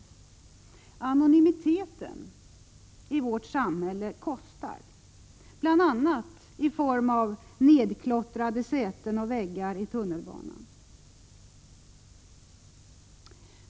Anonymiteten i vårt samhälle kostar, bl.a. i form av nerklottrade säten och väggar i tunnelbanan.